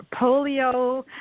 polio